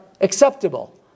acceptable